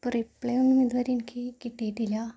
reply ഒന്നും ഇതുവരെ എനിക്ക് കിട്ടിയിട്ടില്ല